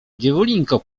dziewulinko